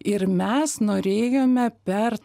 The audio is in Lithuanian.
ir mes norėjome per